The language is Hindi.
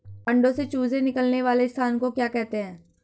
अंडों से चूजे निकलने वाले स्थान को क्या कहते हैं?